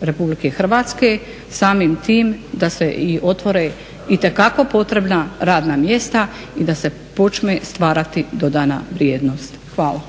Republike Hrvatske. Samim tim da se i otvore itekako potrebna radna mjesta i da se počne stvarati dodana vrijednost. Hvala.